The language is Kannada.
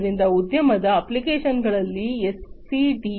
ಆದ್ದರಿಂದ ಉದ್ಯಮದ ಅಪ್ಲಿಕೇಶನ್ಗಳಲ್ಲಿ ಎಸ್ಸಿಎಡಿಎ ಬಹಳ ಮುಖ್ಯವಾಗಿದೆ